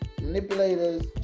manipulators